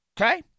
okay